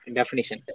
definition